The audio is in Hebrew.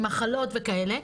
עם מחלות וכאלה.